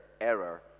error